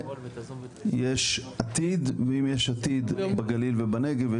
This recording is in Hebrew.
יש עתיד ואם יש עתיד בגליל ובנגב,